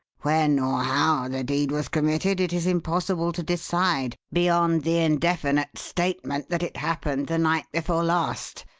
when or how the deed was committed, it is impossible to decide beyond the indefinite statement that it happened the night before last,